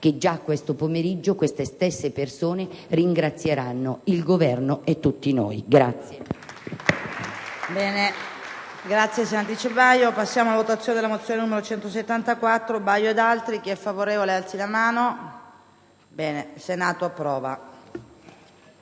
che già questo pomeriggio queste persone ringrazieranno il Governo e tutti noi.